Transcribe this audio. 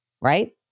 right